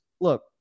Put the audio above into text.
look